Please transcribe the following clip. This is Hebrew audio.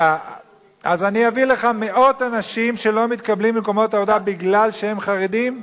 אז אני אביא לך מאות אנשים שלא מתקבלים למקומות עבודה מפני שהם חרדים.